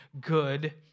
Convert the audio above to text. good